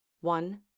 one